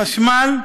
חשמל,